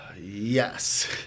Yes